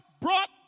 brought